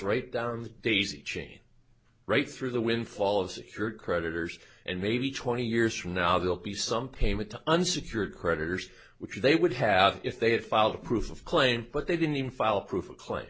right down the daisy chain right through the windfall of secured creditors and maybe twenty years from now there'll be some payment to unsecured creditors which they would have if they had filed a proof of claim but they didn't even file proof a cla